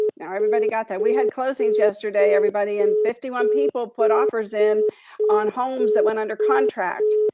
now everybody got that, we had closings yesterday, everybody, and fifty one people put offers in on homes that went under contract.